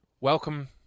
welcome